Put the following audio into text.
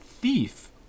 thief